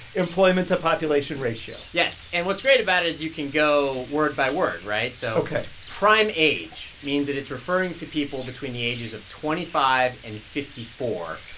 employment-to-population ratio yes. and what's great about it is you can go word-by-word, right? so. ok prime-age means that it's referring to people between the ages of twenty five and fifty four.